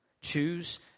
choose